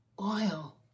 oil